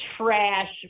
trash